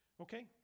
Okay